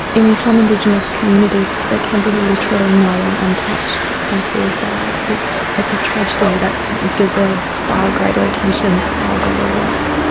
in some indigenous communities there can be literally no one untouched by suicide. it's it's a tragedy that deserves far greater attention, far greater work.